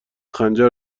خنجر